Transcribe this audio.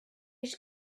peix